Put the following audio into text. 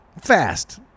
fast